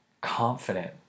confident